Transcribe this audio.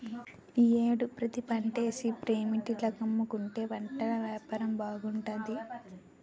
ఈ యేడు పత్తిపంటేసి ఫేట్రీల కమ్ముకుంటే బట్టలేపారం బాగుంటాది